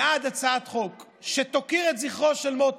בעד הצעת חוק שתוקיר את זכרו של מוטי,